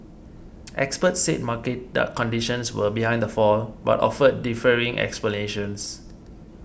experts said market conditions were behind the fall but offered differing explanations